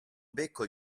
becco